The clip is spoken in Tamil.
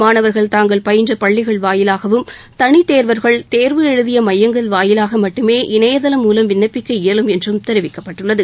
மாணவர்கள் தாங்கள் பயின்ற பள்ளிகள் வாயிலாகவும் தனித்தேர்வர்கள் தேர்வு எழுதிய மையங்கள் வாயிலாக மட்டுமே இணையதளம் மூலம் விண்ணப்பிக்க இயலும் என்று தெரிவிக்கப்பட்டுள்ளது